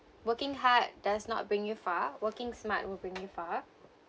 working hard does not bring you far working smart will bring you far